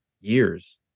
years